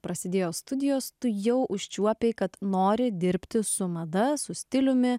prasidėjo studijos tu jau užčiuopei kad nori dirbti su mada su stiliumi